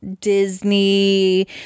Disney